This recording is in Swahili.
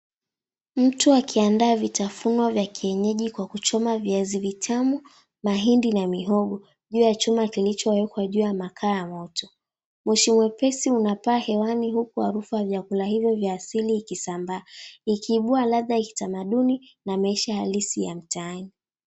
Mtu akiandaa vitafunwa vya kienyeji kwa kuchoma viazi vitamu, mahindi na mihogo juu ya chuma kilichowekwa juu ya makaa ya moto. Moshi mwepesi unapaa hewani huku harufu ya vyakula hivyo vya asili ikisambaa, ikiibua ladha ya kitamaduni na maisha halisi ya mtaani.